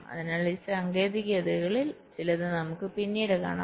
അതിനാൽ ഈ സാങ്കേതികതകളിൽ ചിലത് നമുക്ക് പിന്നീട് കാണാം